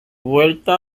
vuelta